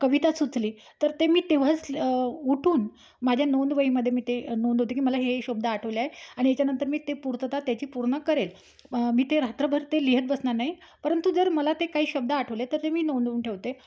कविता सुचली तर ते मी तेव्हाच उठून माझ्या नोंदवहीमध्ये मी ते नोंदवते की मला हे हे शब्द आठवला आहे आणि ह्याच्यानंतर मी ते पूर्तता त्याची पूर्ण करेल मी ते रात्रभर ते लिहित बसणार नाही परंतु जर मला ते काही शब्द आठवले तर ते मी नोंदवून ठेवते